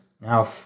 Now